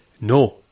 no